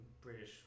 British